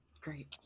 Great